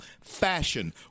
fashion